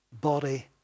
body